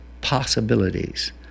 possibilities